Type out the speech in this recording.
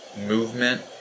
movement